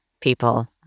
people